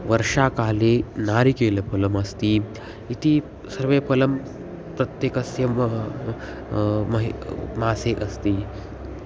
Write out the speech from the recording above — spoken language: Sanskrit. वर्षाकाले नारिकेलफलमस्ति इति सर्वे फलं प्रत्येकस्मिन महा मासे मासे अस्ति